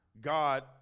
God